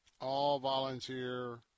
all-volunteer